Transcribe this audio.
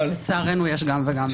לצערנו, יש גם וגם.